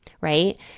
right